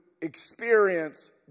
experience